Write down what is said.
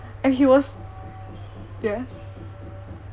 and he was yeah